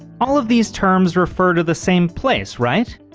all of these terms refer to the same, place right?